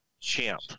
champ